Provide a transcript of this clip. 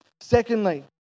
Secondly